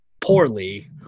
poorly